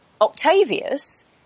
Octavius